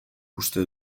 uste